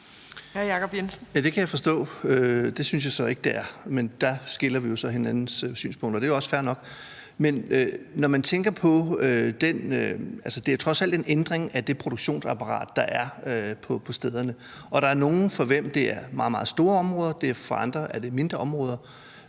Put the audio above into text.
Det kan jeg forså. Det synes jeg så ikke det er, men der skilles vores synspunkter. Det er også fair nok. Men man må tænke på, at det trods alt er en ændring af det produktionsapparat, der er på stederne. Og der er nogle, for hvem det er meget, meget store områder, for andre er det mindre områder.